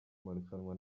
marushanwa